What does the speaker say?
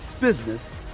business